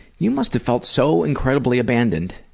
you must have felt so incredibly abandoned.